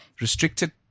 restricted